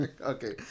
okay